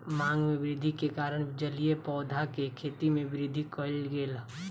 मांग में वृद्धि के कारण जलीय पौधा के खेती में वृद्धि कयल गेल